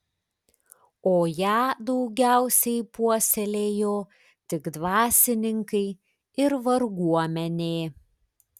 o ją daugiausiai puoselėjo tik dvasininkai ir varguomenė